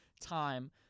time